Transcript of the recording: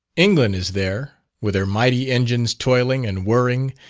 england is there, with her mighty engines toiling and whirring,